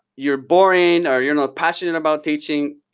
you're boring, or you're not passionate about teaching,